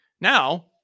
Now